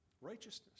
Righteousness